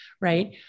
Right